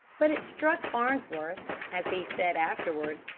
but it struck farnsworth, as he said afterward,